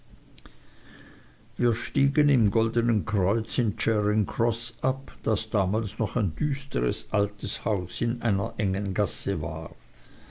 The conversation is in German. wir stiegen im goldnen kreuz in charing croß ab das damals noch ein düsteres altes haus in einer engen gasse war